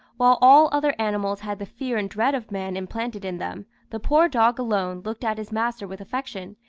while all other animals had the fear and dread of man implanted in them, the poor dog alone looked at his master with affection,